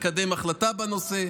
מקדם החלטה בנושא,